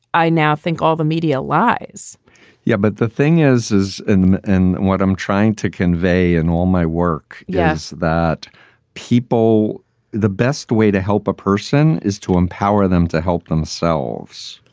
i now think all the media lies yeah, but the thing is is and what i'm trying to convey in all my work. yes. that people the best way to help a person is to empower them, to help themselves,